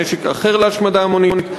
נשק אחר להשמדה המונית,